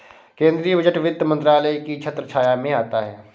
केंद्रीय बजट वित्त मंत्रालय की छत्रछाया में आता है